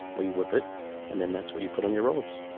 we whip it and then that's what you put on your rolls